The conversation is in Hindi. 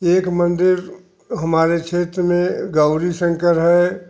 एक मंदिर हमारे क्षेत्र में गौरी शंकर है